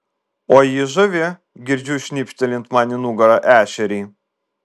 o ji žavi girdžiu šnipštelint man į nugarą ešerį